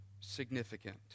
significant